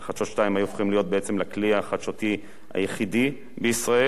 "חדשות 2" היו הופכות להיות בעצם לכלי החדשותי היחידי בישראל,